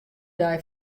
dei